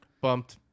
Bumped